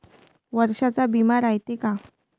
वर्षाचा बिमा रायते का?